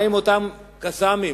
מה עם אותם "קסאמים",